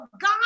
God